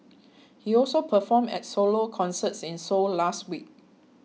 he also performed at solo concerts in Seoul last week